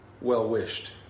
well-wished